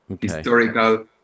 historical